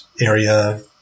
area